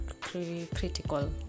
critical